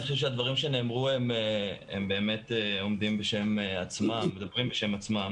אני חושב שהדברים שנאמרו עומדים ומדברים בשם עצמם.